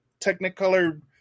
Technicolor